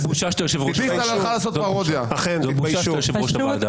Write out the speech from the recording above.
--- זאת בושה שאתה יושב-ראש הוועדה הזאת.